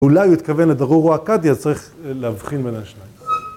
‫אולי הוא התכוון לדרורו-אקדי, ‫אז צריך להבחין בין השניים.